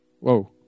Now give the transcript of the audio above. Whoa